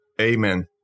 Amen